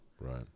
Right